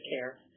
care